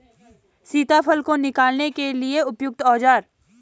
सीताफल को निकालने के लिए उपयुक्त औज़ार?